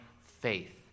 faith